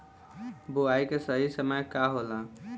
बुआई के सही समय का होला?